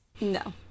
No